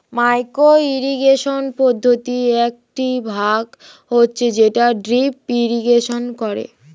micro irrigation পদ্ধতির একটি ভাগ হচ্ছে যেটা ড্রিপ ইরিগেশন করে